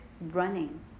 running